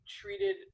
treated